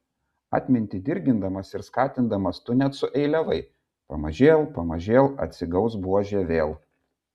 atmintį dirgindamas ir skatindamas tu net sueiliavai pamažėl pamažėl atsigaus buožė vėl